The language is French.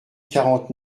quarante